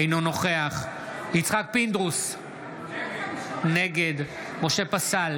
אינו נוכח יצחק פינדרוס, נגד משה פסל,